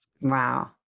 wow